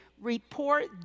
report